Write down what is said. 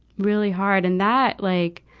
really hard. and that like,